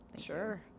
sure